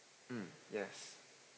mm yes